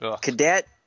Cadet